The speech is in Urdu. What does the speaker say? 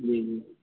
جی جی